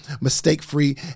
mistake-free